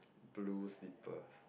blue slippers